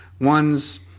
One's